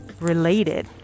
related